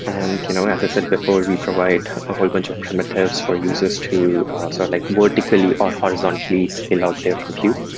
and you know as i said before, we provide a whole bunch of primitives for users to sort of like vertically or horizontally scale out their compute.